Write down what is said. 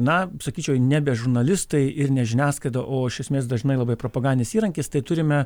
na sakyčiau nebe žurnalistai ir ne žiniasklaida o iš esmės dažnai labai propagandinis įrankis tai turime